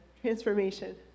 transformation